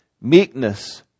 meekness